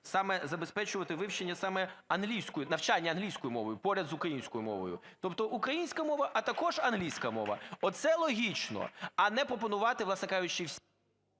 саме забезпечувати вивчення саме англійської, навчання англійською мовою, поряд з українською мовою. Тобто "українська мова, а також англійська мова" – оце логічно. А не пропонувати, власне кажучи всі…